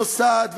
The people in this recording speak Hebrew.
נוסעת,